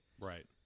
Right